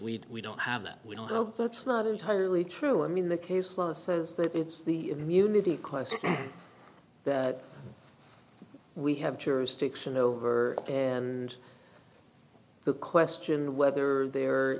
case we don't have that we don't know that's not entirely true i mean the case law says that it's the immunity question we have jurisdiction over and the question of whether there